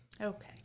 okay